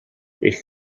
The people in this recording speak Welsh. eich